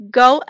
go